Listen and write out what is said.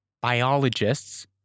biologists